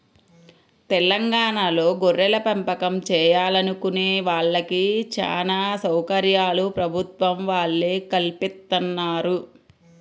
తెలంగాణాలో గొర్రెలపెంపకం చేయాలనుకునే వాళ్ళకి చానా సౌకర్యాలు ప్రభుత్వం వాళ్ళే కల్పిత్తన్నారు